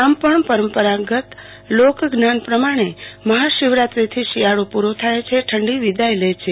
આમ પણ પરંપરાગત લોક જ્ઞાન પ્રમાણ મહાશિવરાત્રીથી શિયાળો પૂરો થાય છે અને ઠડી વિદાય લે છે